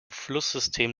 flusssystem